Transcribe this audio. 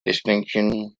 distinction